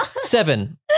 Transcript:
seven